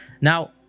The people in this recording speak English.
Now